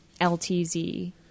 LTZ